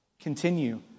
Continue